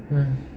mm